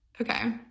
Okay